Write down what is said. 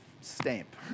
stamp